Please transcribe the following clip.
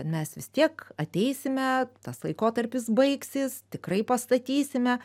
mes vis tiek ateisime tas laikotarpis baigsis tikrai pastatysime